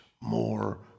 more